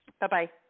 Bye-bye